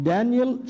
Daniel